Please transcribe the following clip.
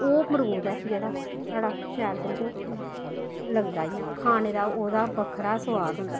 ओह् मरूद ऐ जेह्ड़ा साढ़ा शैल समझो लगदा इ'यां खाने दा ओह्दा बक्खरा सोआद होंदा